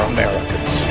Americans